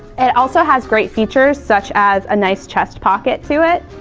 it also has great features, such as a nice chest pocket to it,